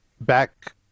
back